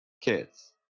kids